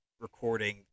recording